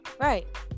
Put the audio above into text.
Right